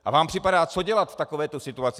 A vám připadá co dělat v takovéto situaci?